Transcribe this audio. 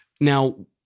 Now